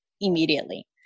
immediately